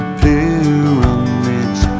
pyramids